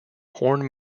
horn